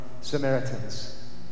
Samaritans